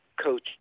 coach